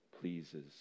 pleases